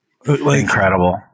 incredible